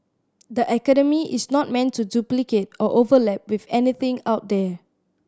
the academy is not meant to duplicate or overlap with anything out there